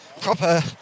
proper